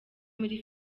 muri